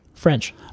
French